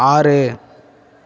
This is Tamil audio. ஆறு